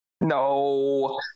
No